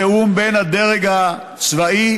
התיאום בין הדרג הצבאי,